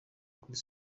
kuri